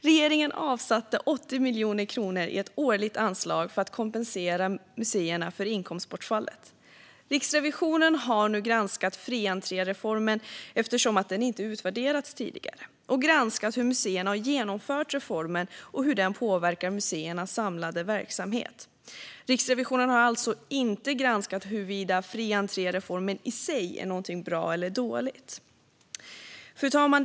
Regeringen avsatte 80 miljoner kronor i ett årligt anslag för att kompensera museerna för inkomstbortfallet. Riksrevisionen har nu granskat fri entré-reformen, eftersom den inte utvärderats tidigare, samt granskat hur museerna har genomfört reformen och hur den påverkar museernas samlade verksamhet. Riksrevisionen har alltså inte granskat huruvida fri entré-reformen i sig är någonting bra eller dåligt. Fru talman!